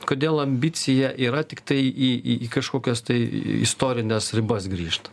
kodėl ambicija yra tiktai į į kažkokias tai istorines ribas grįžt